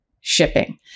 shipping